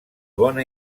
bona